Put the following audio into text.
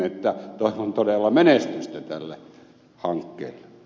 että toivon todella menestystä tälle hankkeelle